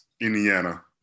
Indiana